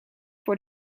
voor